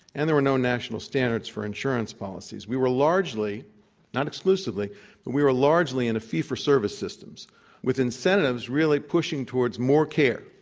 and there were no national standards for insurance policies. we were largely not exclusively, but we were largely in a fee for service system with incentives really pushing towards more care,